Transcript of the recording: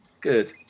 good